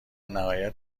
نهایت